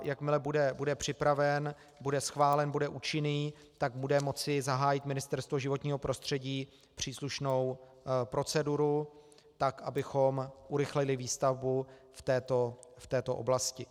Jakmile bude připraven, bude schválen, bude účinný, tak bude moci zahájit Ministerstvo životního prostředí příslušnou proceduru, tak abychom urychlili výstavbu v této oblasti.